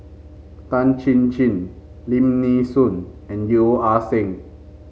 Tan Chin Chin Lim Nee Soon and Yeo Ah Seng